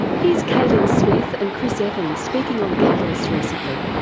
here's k-lynn smith and chris evans speaking on catalyst recently.